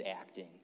acting